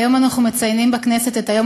היום אנחנו מציינים בכנסת את היום